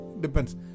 Depends